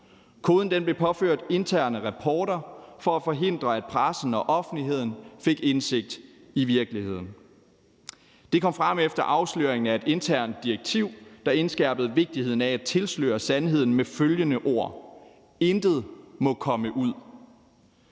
Koden blev påført interne rapporter for at forhindre, at pressen og offentligheden fik indsigt i virkeligheden. Det kom frem efter afsløringen af et internt direktiv, der indskærpede vigtigheden af at tilsløre sandheden med følgende ord: Intet må komme ud.